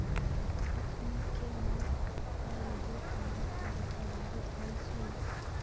अखनिके मोल कयगो कारक द्वारा प्रभावित होइ छइ